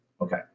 okay